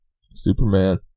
Superman